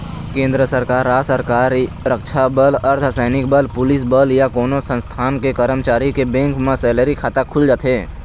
केंद्र सरकार, राज सरकार, रक्छा बल, अर्धसैनिक बल, पुलिस बल या कोनो संस्थान के करमचारी के बेंक म सेलरी खाता खुल जाथे